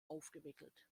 aufgewickelt